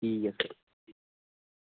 ठीक ऐ